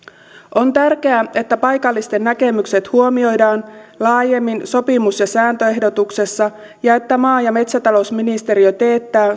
on tärkeää että paikallisten näkemykset huomioidaan laajemmin sopimus ja sääntöehdotuksessa ja että maa ja metsätalousministeriö teettää